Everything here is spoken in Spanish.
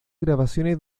grabaciones